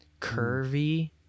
curvy